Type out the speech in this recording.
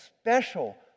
special